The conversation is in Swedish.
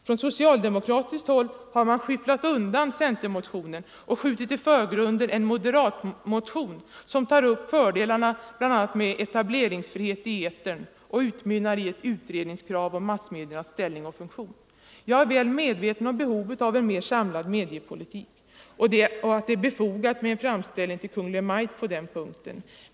Från socialdemokratiskt håll har man skyfflat undan centermotionen och skjutit i förgrunden en moderatmotion, som bl.a. tar upp fördelarna med etableringsfrihet 67 i etern och utmynnar i ett utredningskrav om massmediernas ställning och funktion. Jag är väl medveten om behovet av en mer samlad mediepolitik och att det är befogat med en framställning till Kungl. Maj:t på den punkten.